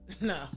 no